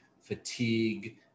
fatigue